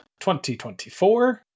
2024